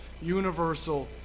universal